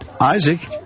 Isaac